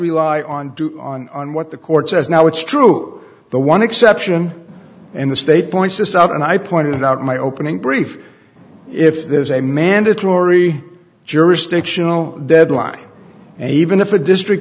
rely on on on what the courts as now it's true the one exception in the state points this out and i pointed out in my opening brief if there's a mandatory jurisdictional deadline and even if a district